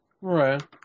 Right